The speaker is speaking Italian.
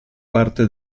parte